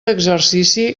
exercici